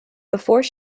before